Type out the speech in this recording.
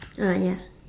ah ya